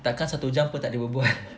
tak kan satu jam pun tak boleh berbual